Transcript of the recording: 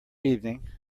evening